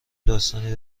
داستانی